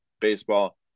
baseball